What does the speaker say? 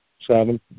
Seven